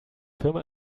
firma